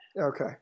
Okay